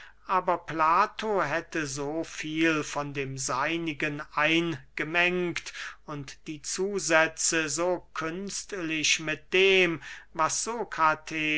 aber plato hätte so viel von dem seinigen eingemengt und die zusätze so künstlich mit dem was